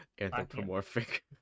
Anthropomorphic